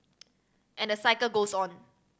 and the cycle goes on